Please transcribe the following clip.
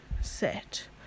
set